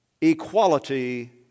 equality